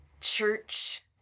church